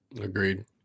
Agreed